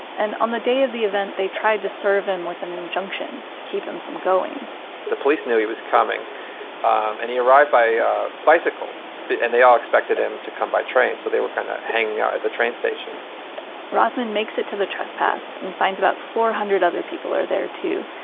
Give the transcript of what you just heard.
and on the day of the event, they tried serve him with an injunction to keep him from going the police knew he was coming um and he arrived by ah bicycle but and they all expected him to come by train, so they were kind of hanging out at the train station rothman made it to the trespass and finds about four hundred other people are there too.